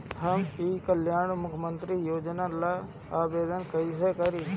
हम ई कल्याण मुख्य्मंत्री योजना ला आवेदन कईसे करी?